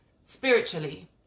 spiritually